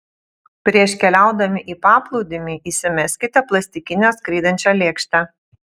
prieš keliaudami į paplūdimį įsimeskite plastikinę skraidančią lėkštę